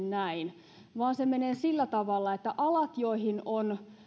näin vaan se menee sillä tavalla että näiden alojen joille on